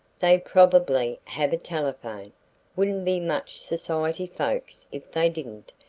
they probably have a telephone wouldn't be much society folks if they didn't,